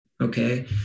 okay